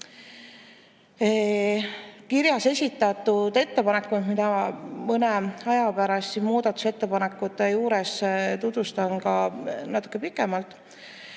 Kirjas esitati ettepanekud, mida ma mõne aja pärast muudatusettepanekute juures tutvustan natuke pikemalt.